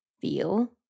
feel